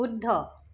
শুদ্ধ